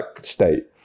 state